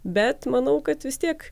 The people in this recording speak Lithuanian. bet manau kad vis tiek